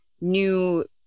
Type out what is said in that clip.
new